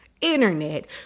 internet